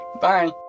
bye